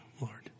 Lord